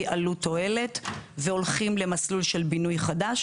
עלות-תועלת והולכים למסלול של בינוי חדש.